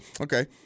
okay